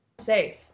Safe